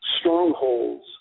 Strongholds